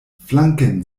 flanken